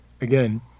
again